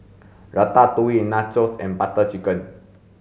Ratatouille Nachos and Butter Chicken